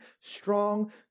strong